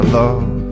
love